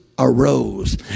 Arose